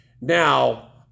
Now